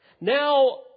Now